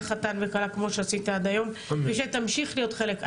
חתן וכלה כמו שעשית עד היום ושתמשיך להיות חלק.